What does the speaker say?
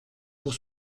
pour